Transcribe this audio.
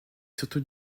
surtout